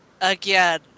again